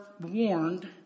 warned